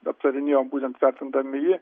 aptarinėjom būtent vertindami jį